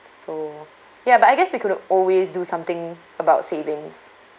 so ya but I guess we could always do something about savings